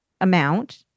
amount